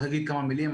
אני רק אגיד כמה מילים.